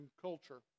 culture